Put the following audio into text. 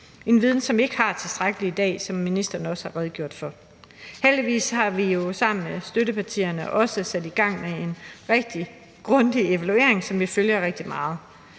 en viden, som vi ikke har i tilstrækkeligt omfang i dag, som ministeren også har redegjort for. Heldigvis har vi jo sammen med støttepartierne også sat gang i en rigtig grundig evaluering, som vi følger rigtig tæt.